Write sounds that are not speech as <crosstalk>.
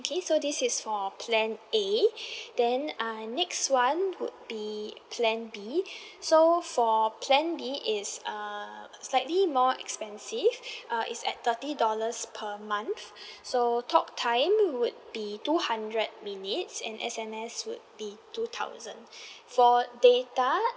okay so this is for plan A <breath> then uh next one would be plan B <breath> so for plan B it is err slightly more expensive <breath> uh it's at thirty dollars per month <breath> so talk time would be two hundred minutes and S_M_S would be two thousand <breath> for data